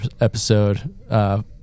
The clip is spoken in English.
episode